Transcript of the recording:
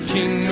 King